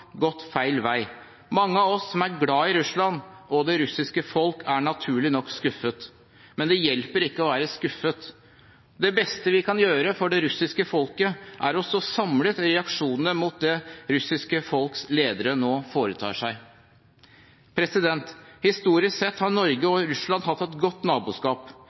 feil vei. Mange av oss som er glad i Russland og det russiske folk, er naturlig nok skuffet. Men det hjelper ikke å være skuffet. Det beste vi kan gjøre for det russiske folket, er å stå samlet i reaksjonene mot det som det russiske folks ledere nå foretar seg. Historisk sett har Norge og Russland hatt et godt naboskap.